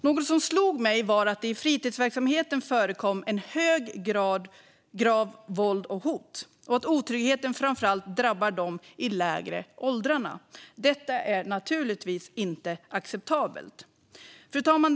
Något som slog mig var att det i fritidsverksamheten förekommer en hög grad av våld och hot och att otryggheten framför allt drabbar dem i de lägre åldrarna. Detta är naturligtvis inte acceptabelt. Skolans arbete med trygghet och studiero Fru talman!